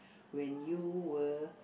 when you were